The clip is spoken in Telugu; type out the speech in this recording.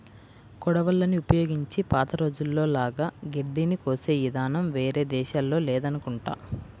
కొడవళ్ళని ఉపయోగించి పాత రోజుల్లో లాగా గడ్డిని కోసే ఇదానం వేరే దేశాల్లో లేదనుకుంటా